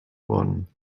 worden